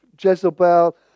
Jezebel